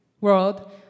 world